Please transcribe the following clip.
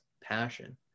passion